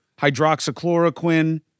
hydroxychloroquine